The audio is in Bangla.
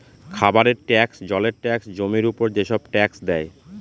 খাবারের ট্যাক্স, জলের ট্যাক্স, জমির উপর যেসব ট্যাক্স দেয়